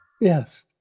Yes